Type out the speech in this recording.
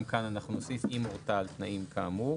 גם כאן אנחנו נוסיף "אם הורתה על תנאים כאמור".